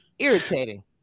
Irritating